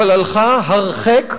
אבל הלכה הרחק,